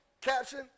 caption